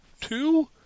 Two